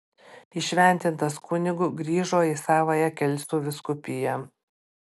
įšventintas kunigu grįžo į savąją kelcų vyskupiją